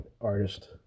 artist